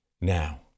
now